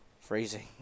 freezing